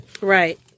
Right